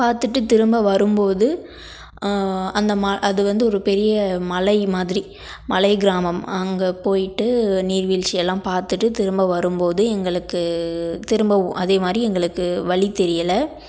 பார்த்துட்டு திரும்ப வரும்போது அந்தமா அது வந்து ஒரு பெரிய மலை மாதிரி மலை கிராமம் அங்க போய்விட்டு நீர்வீழ்ச்சியெல்லாம் பார்த்துட்டு திரும்ப வரும்போது எங்களுக்கு திரும்பவும் அதேமாதிரி எங்களுக்கு வழி தெரியலை